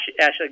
Ashley